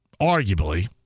arguably